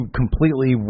completely